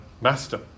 master